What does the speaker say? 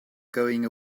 going